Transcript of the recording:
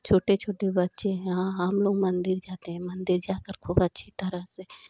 छोटे छोटे बच्चे यहाँ हम लोग मंदिर जाते हैं मंदिर जाकर खूब अच्छी तरह से